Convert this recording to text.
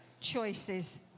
choices